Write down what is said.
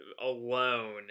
alone